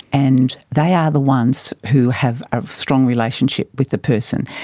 and they are the ones who have a strong relationship with the person.